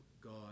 God